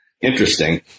interesting